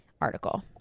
article